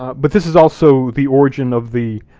but this is also the origin of the,